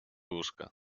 łóżka